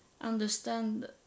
understand